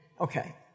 Okay